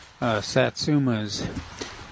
Satsumas